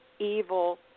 Evil